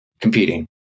competing